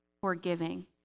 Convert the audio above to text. forgiving